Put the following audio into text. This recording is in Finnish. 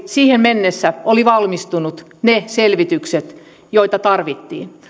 siihen mennessä olivat valmistuneet ne selvitykset joita tarvittiin